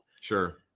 Sure